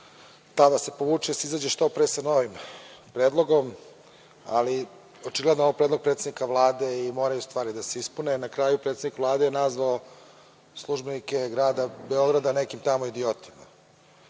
što pre povuče i da se izađe sa novim predlogom, ali očigledno ovo je predlog predsednika Vlade i moraju stvari da se ispune, na kraju predsednik Vlade je nazvao službenike grada Beograda, nekim tamo idiotima. Mislim